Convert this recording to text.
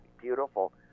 beautiful